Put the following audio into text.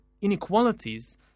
inequalities